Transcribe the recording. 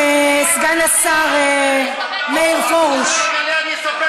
אני רק רוצה לדעת על מה להתנצל.